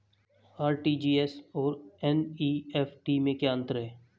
RTGS और NEFT में क्या अंतर है?